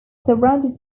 surrounded